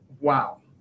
Wow